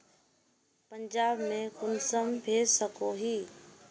पंजाब में कुंसम भेज सकोही?